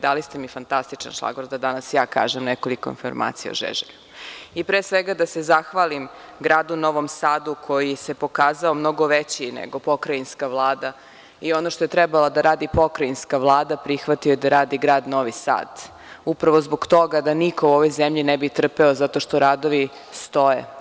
Dali ste mi fantastičan šlagvort da danas ja kažem nekoliko informacija o Žećelju i da se zahvalim gradu Novom Sadu, koji se pokazao mnogo većim, nego Pokrajinska vlada, i ono što je trebala da radi Pokrajinska vlada prihvatio je da radi grad Novi Sad, kako niko u ovoj zemlji ne bi trpeo zato što radovi stoje.